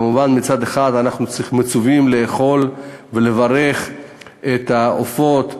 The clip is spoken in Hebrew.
מצד אחד אנחנו מצווים לאכול ולברך על העופות,